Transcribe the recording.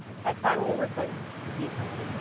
had finally replaced the teakettle.